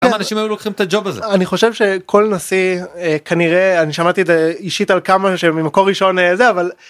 אנשים היו לוקחים את הג'וב הזה. אני חושב שכל נשיא כנראה אני שמעתי את זה אישית על כמה שממקור ראשון זה אבל.